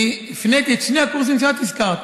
אני הפניתי את שני הקורסים שאת הזכרת,